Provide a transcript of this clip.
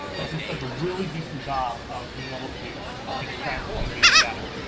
but this does a really decent job of being able to extract string-based data.